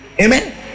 Amen